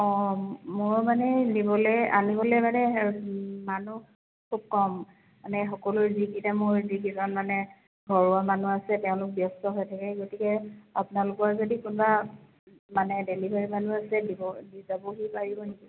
অঁ মোৰ মানে দিবলৈ আনিবলৈ মানে মানুহ খুব কম মানে সকলো দিশ এতিয়া মোৰ যিকেইজন মানে ঘৰৰ মানুহ আছে তেওঁলোক ব্যস্ত হৈ থাকে গতিকে আপোনালোকৰ যদি কোনোবা মানে ডেলিভাৰী মানুহ আছে দি যাবহি পাৰিব নেকি